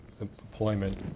employment